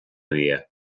via